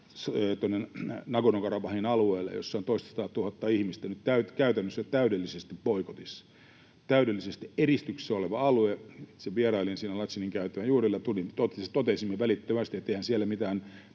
Nagorno-Karabahin alueelle, jossa on toistasataatuhatta ihmistä, on nyt käytännössä täydellisesti boikotissa, se on täydellisesti eristyksessä oleva alue. Itse vierailin siinä Laçınin käytävän juurella, ja totesimme välittömästi, että eihän siellä mitään